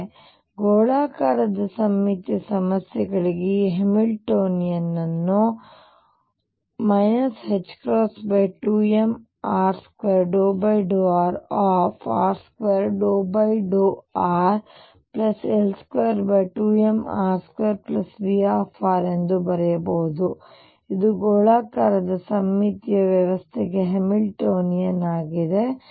ಆದ್ದರಿಂದ ಗೋಳಾಕಾರದ ಸಮ್ಮಿತೀಯ ಸಮಸ್ಯೆಗಳಿಗೆ ಈಗ ಹ್ಯಾಮಿಲ್ಟೋನಿಯನ್ ಅನ್ನು 2mr2∂rr2∂rL22mr2Vr ಎಂದು ಬರೆಯಬಹುದು ಇದು ಗೋಳಾಕಾರದ ಸಮ್ಮಿತೀಯ ವ್ಯವಸ್ಥೆಗೆ ಹ್ಯಾಮಿಲ್ಟೋನಿಯನ್ ಆಗಿದೆ